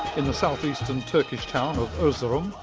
in the south-eastern turkish town of erzurum,